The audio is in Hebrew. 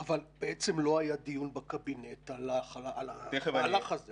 אבל לא היה דיון בקבינט על המהלך הזה.